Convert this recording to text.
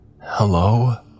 Hello